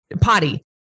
potty